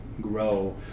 grow